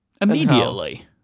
Immediately